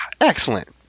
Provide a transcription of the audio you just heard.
Excellent